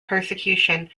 persecution